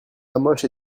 hamoche